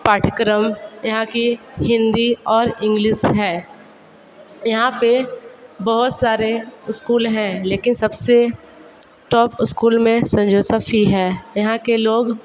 पाठ्यक्रम यहाँ की हिंदी और इंग्लिस है यहाँ पे बहुत सारे स्कूल हैं लेकिन सबसे टॉप स्कूल में सेन जोसफ़ ही है यहाँ के लोग